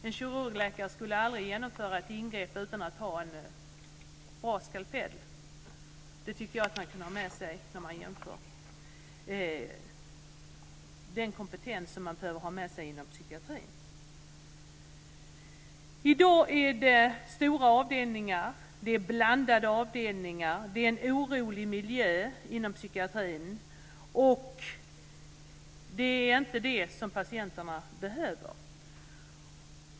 En kirurg skulle aldrig genomföra ett ingrepp utan att ha en bra skalpell. Den jämförelsen kan vara bra att göra när man bedömer den kompetens som behövs inom psykiatrin. I den psykiatriska vården förekommer stora och blandade avdelningar med en orolig miljö, som inte är det som patienterna behöver.